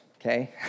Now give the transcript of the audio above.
okay